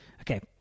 Okay